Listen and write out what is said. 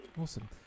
Awesome